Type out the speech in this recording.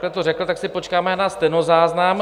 Takhle to řekl, tak si počkáme na stenozáznam.